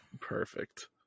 Perfect